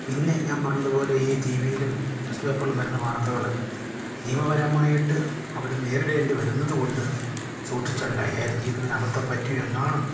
പിന്നെ ഞാൻ പറഞ്ഞതുപോലെ ഈ ടീ വിയിലും ന്യൂസ്പേപ്പറിലും വരുന്ന വാർത്തകൾ നിയമപരമായിട്ട് അവർ നേരിടേണ്ടി വരുന്നതുകൊണ്ട് സൂക്ഷിച്ചാണ് കൈകാര്യം ചെയ്യുന്ന ഒരബദ്ധം പറ്റി എങ്ങാനും